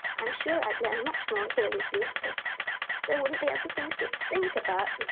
i'm sure i'd learn much more here with you, because there wouldn't be other things to think about